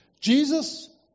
Jesus